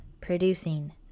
producing